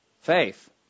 faith